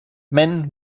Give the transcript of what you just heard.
men